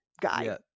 guy